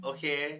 Okay